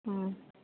ம்